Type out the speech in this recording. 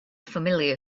familiar